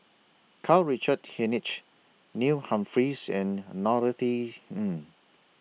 Karl Richard Hanitsch Neil Humphreys and Norothy Ng